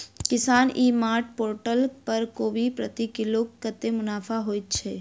किसान ई mart portal पर कोबी प्रति किलो कतै मुनाफा होइ छै?